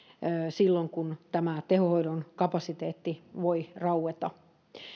silloin kun tämä tehohoidon kapasiteetti voi raueta